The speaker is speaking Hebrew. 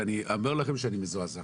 ואני אומר לכם שאני מזועזע.